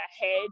ahead